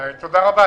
תודה רבה,